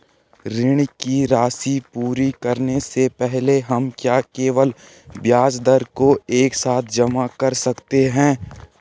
ऋण की राशि पूरी करने से पहले हम क्या केवल ब्याज दर को एक साथ जमा कर सकते हैं?